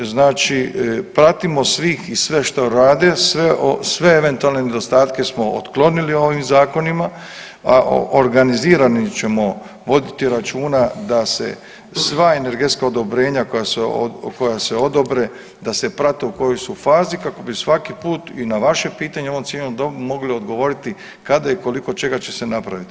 Znači pratimo svih i sve što rade, sve eventualne nedostatke smo otklonili ovim zakonima, a organizirani ćemo voditi računa da se sva energetska odobrenja koja se, koja se odobre da se prate u kojoj su fazi kako bi svaki put i na vaše pitanje u ovom cijenjenom domu mogli odgovoriti kada i koliko čega će se napraviti.